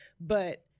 But-